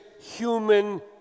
human